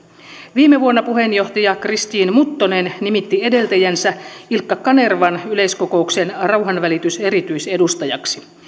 viime vuonna puheenjohtaja christine muttonen nimitti edeltäjänsä ilkka kanervan yleiskokouksen rauhanvälityserityisedustajaksi